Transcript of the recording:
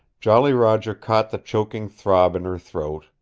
jolly roger caught the choking throb in her throat,